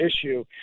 issue